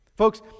Folks